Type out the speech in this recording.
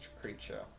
creature